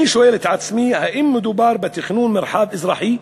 אני שואל את עצמי, האם מדובר בתכנון מרחב אזרחי,